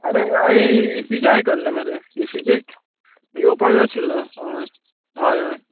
अरे हाये इफ्फीचे आयकल्ले मरे इफ्फीचे येवपाक जाय आशिल्लो हय हय